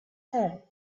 home